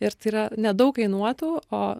ir tai yra nedaug kainuotų o